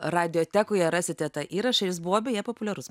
radiotekoje rasite tą įrašą jis buvo beje populiarus